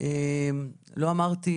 לא אמרתי,